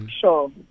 Sure